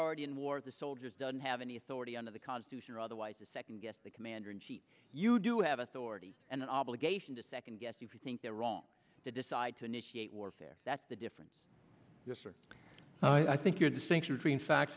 already in war the soldiers doesn't have any authority under the constitution or otherwise to second guess the commander in chief you do have authority and an obligation to second guess if you think they're wrong to decide to initiate warfare that's the difference i think your distinction between facts